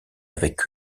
avec